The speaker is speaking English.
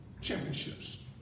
championships